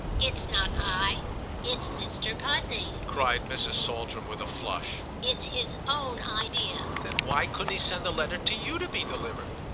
it's not i it's mr. pudney! cried mrs. saltram with a flush. it's his own idea. then why couldn't he send the letter to you to be delivered?